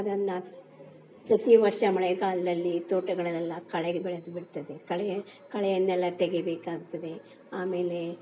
ಅದನ್ನು ಪ್ರತಿವರ್ಷ ಮಳೆಗಾಲದಲ್ಲಿ ತೋಟಗಳಲ್ಲೆಲ್ಲ ಕಳೆ ಬೆಳ್ದುಬಿಡ್ತದೆ ಕಳೆ ಕಳೆಯನ್ನೆಲ್ಲ ತೆಗಿಬೇಕಾಗ್ತದೆ ಆಮೇಲೆ